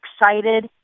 excited